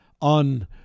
on